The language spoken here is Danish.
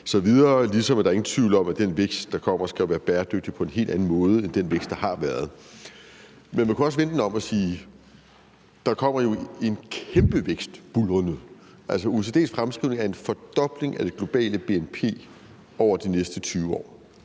osv., ligesom der ingen tvivl er om, at den vækst, der kommer, skal være bæredygtig på en helt anden måde end den vækst, der har været. Men man kunne også vende den om og sige, at der jo nu kommer en kæmpe vækst buldrende. OECD's fremskrivning er en fordobling af det globale bnp over de næste 20 år,